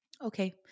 Okay